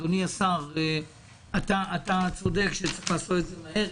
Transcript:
אדוני השר, אתה צודק שצריך לעשות את זה מהר.